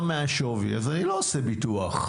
מהשווי, אז איני עושה ביטוח.